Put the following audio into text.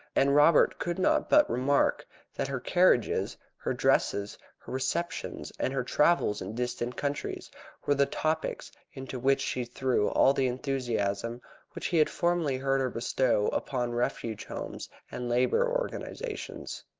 and robert could not but remark that her carriages, her dresses, her receptions, and her travels in distant countries were the topics into which she threw all the enthusiasm which he had formerly heard her bestow upon refuge homes and labour organisations.